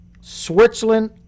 Switzerland